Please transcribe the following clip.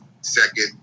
second